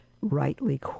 rightly